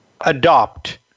adopt